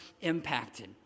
impacted